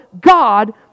God